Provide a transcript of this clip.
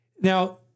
Now